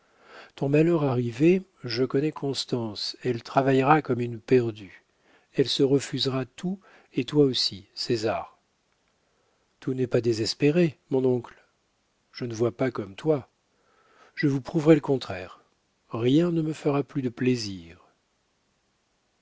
ton malheur arrivé je connais constance elle travaillera comme une perdue elle se refusera tout et toi aussi césar tout n'est pas désespéré mon oncle je ne vois pas comme toi je vous prouverai le contraire rien ne me fera plus de plaisir